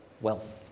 wealth